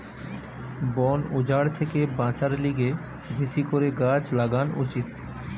বন উজাড় থেকে বাঁচার লিগে বেশি করে গাছ লাগান উচিত